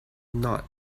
not